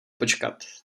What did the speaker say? počkat